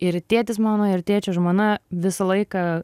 ir tėtis mano ir tėčio žmona visą laiką